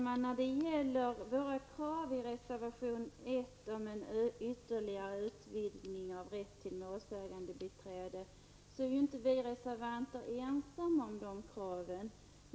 Herr talman! Kraven i reservation 1 om en ytterligare utvidgning av rätten till målsägandebiträde är vi reservanter inte ensamma om.